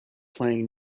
playing